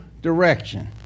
direction